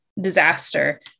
disaster